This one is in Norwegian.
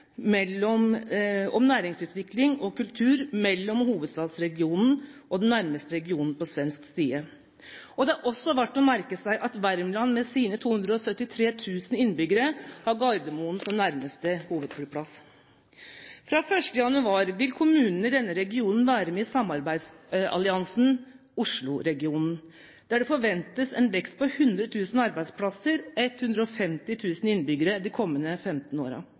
om næringsutvikling og kultur mellom hovedstadsregionen og den nærmeste regionen på svensk side. Det er også verdt å merke seg at Värmland med sine 273 000 innbyggere har Gardermoen som nærmeste hovedflyplass. Fra 1. januar vil kommunene i denne regionen være med i samarbeidsalliansen Osloregionen der det forventes en vekst på 100 000 arbeidsplasser og 150 000 innbyggere de kommende 15